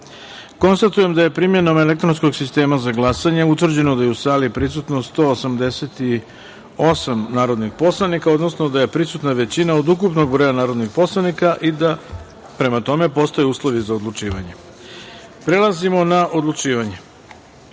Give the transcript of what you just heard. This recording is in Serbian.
glasanje. Konstatujem da je primenom elektronskog sistema za glasanje utvrđeno da je u sali prisutno 188 narodnih poslanika, odnosno da je prisutna većina od ukupnog broja narodnih poslanika i da, prema tome, postoje uslovi za odlučivanje. Prelazimo na odlučivanje. Prva